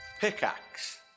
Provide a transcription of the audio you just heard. Pickaxe